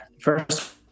first